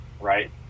right